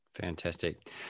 Fantastic